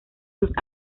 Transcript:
sus